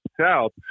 south